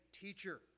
teacher